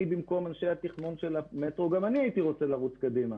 אנט במקום אנשי התכנון של המטרו גם אני הייתי רוצה לרוץ קדימה,